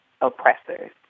oppressors